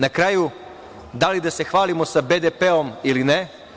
Na kraju, da li da se hvalimo sa BDP ili ne?